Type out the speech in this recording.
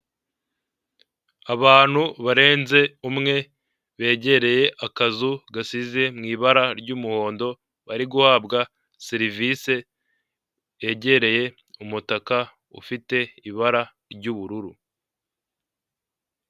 Abantu barenze umwe, begereye akazu gasize mu ibara ry'umuhondo, bari guhabwa serivise, hegereye umutaka ufite ibara ry'ubururu.